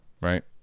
right